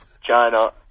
China